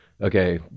okay